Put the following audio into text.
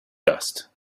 dust